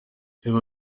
kimwe